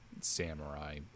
samurai